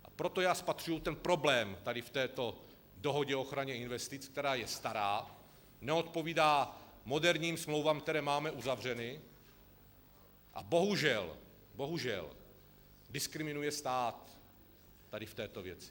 A proto já spatřuji ten problém tady v této dohodě o ochraně investic, která je stará, neodpovídá moderním smlouvám, které máme uzavřeny, a bohužel diskriminuje stát v této věci.